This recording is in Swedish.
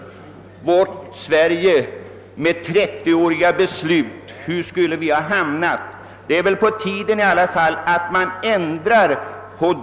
Detta sade jag en gång till herr Trana i denna kammare. Det är väl på tiden att vi ändrar på ett sådant förfaringssätt.